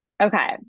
Okay